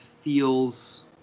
feels